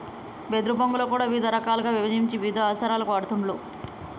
వెదురు బొంగులో కూడా రకాలుగా విభజించి వివిధ అవసరాలకు వాడుతూండ్లు